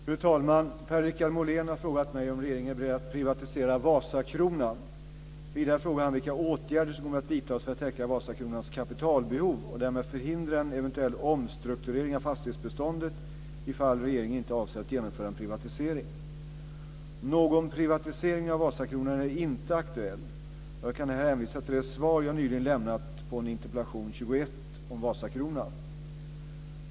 Fru talman! Per-Richard Molén har frågat mig om regeringen är beredd att privatisera Vasakronan. Vidare frågar han vilka åtgärder som kommer att vidtas för att täcka Vasakronans kapitalbehov och därmed förhindra en eventuell omstrukturering av fastighetsbeståndet ifall regeringen inte avser att genomföra en privatisering. Någon privatisering av Vasakronan är inte aktuell, och jag kan här hänvisa till det svar jag nyligen lämnade på interpellation 1999/2000:21 om Vasakronan.